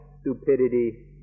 stupidity